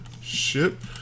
ship